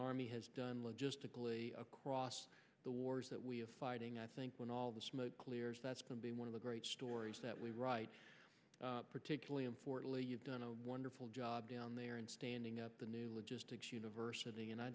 army has done logistically across the wars that we have fighting i think with all the smoke clears that's been one of the great stories that we write particularly in fort lee you've done a wonderful job down there in standing up the new logistics university and i